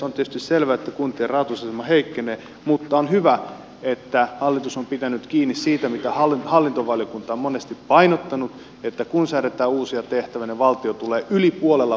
on tietysti selvää että kuntien rahoitusohjelma heikkenee mutta on hyvä että hallitus on pitänyt kiinni siitä mitä hallintovaliokunta on monesti painottanut että kun säädetään uusia tehtäviä niin valtio tulee yli puolella vastaan